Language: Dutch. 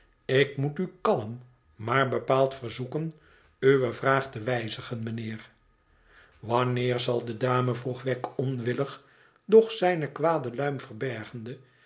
ik moet u kalm maar bepaald verzoeken uwe vraag te wijzigen meneer wanneer zal de dame vroeg wegg onwillig doch zijne kwade luim verbergende